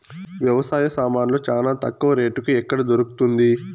వ్యవసాయ సామాన్లు చానా తక్కువ రేటుకి ఎక్కడ దొరుకుతుంది?